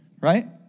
Right